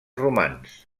romans